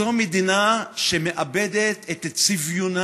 זו מדינה שמאבדת את צביונה